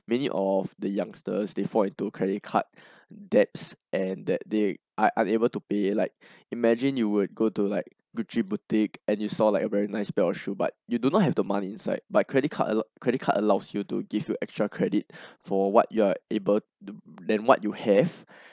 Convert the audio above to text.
many of the youngsters they fall into credit card debts and that they are unable to pay like imagine you would go to like gucci boutique and you saw like a very nice pair of shoe but you do not have the money inside but credit card or credit card allows you to give you extra credit for what you are able to than what you have